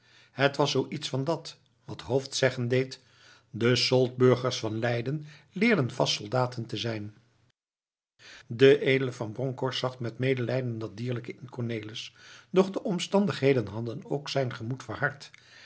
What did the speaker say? het was zoo iets van dat wat hooft zeggen deed de soldburgers van leyden leerden vast soldaten te zijn de edele van bronkhorst zag met medelijden dat dierlijke in cornelis doch de omstandigheden hadden ook zijn gemoed verhard